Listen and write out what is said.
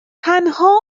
تنها